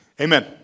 Amen